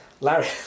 Larry